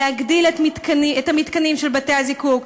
להגדיל את המתקנים של בתי-הזיקוק,